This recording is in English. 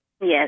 Yes